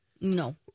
No